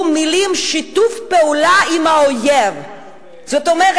המלים "שיתוף פעולה עם האויב"; כלומר,